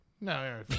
No